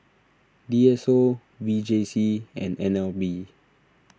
D S O V J C and N L B